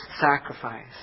sacrifice